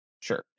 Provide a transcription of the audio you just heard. sure